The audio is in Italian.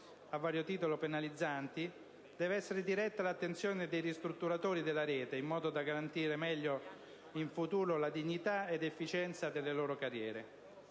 a vario titolo penalizzanti, deve essere diretta l'attenzione dei ristrutturatori della rete, in modo da garantirne meglio in futuro la dignità, come pure l'efficienza delle loro carriere.